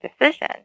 decision